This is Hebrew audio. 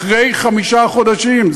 אחרי חמישה חודשים,